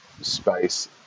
space